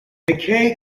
mckay